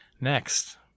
next